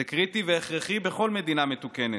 זה קריטי והכרחי בכל מדינה מתוקנת,